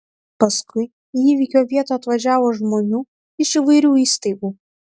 paskui į įvykio vietą atvažiavo žmonių iš įvairių įstaigų